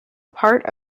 part